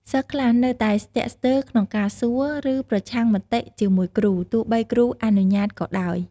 សិស្សខ្លះនៅតែស្ទាក់ស្ទើរក្នុងការសួរ ឬប្រឆាំងមតិជាមួយគ្រូ ទោះបីគ្រូអនុញ្ញាតិក៏ដោយ។